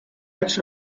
legs